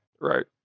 right